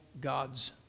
God's